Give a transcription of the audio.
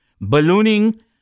ballooning